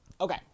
Okay